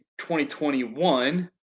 2021